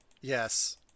Yes